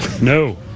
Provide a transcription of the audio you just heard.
No